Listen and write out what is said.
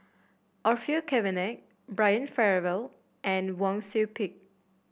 Orfeur Cavenagh Brian Farrell and Wang Sui Pick